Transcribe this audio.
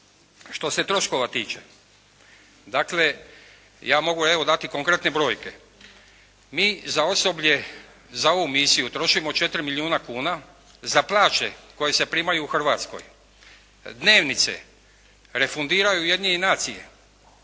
Što se troškova tiče, dakle, ja mogu evo dati konkretne brojke. Mi za osoblje, za ovu misiju trošimo 4 milijuna kuna, za plaće koje se primaju u Hrvatskoj. Dnevnice, refundiraju …/Govornik